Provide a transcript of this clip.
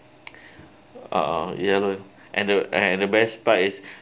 uh !huh! ya loh and the and the best part is